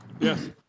Yes